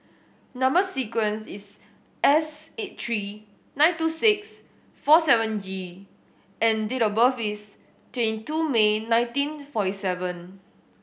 number sequence is S eight three nine two six four seven G and date of birth is twenty two May nineteen forty seven